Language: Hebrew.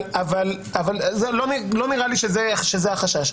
לא נראה לי שזה החשש,